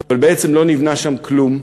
אבל בעצם לא נבנה שם כלום,